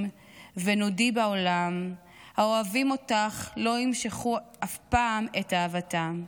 ונודי בעולם / האוהבים אותך לא ימשכו אף פעם / את אהבתם.